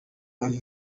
banki